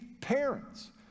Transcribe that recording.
parents